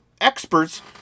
Experts